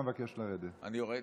אבקש לרדת.